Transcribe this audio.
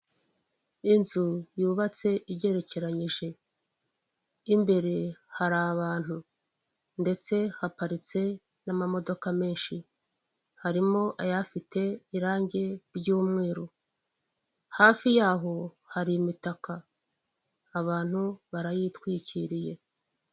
Inzu yubatse igerekerenyije, imbere hari abantu ndetse haparitse n'amamodoka menshi, harimo ayafite irangi ry'umweru, hafi yaho hari imitaka abantu barayitwikiye.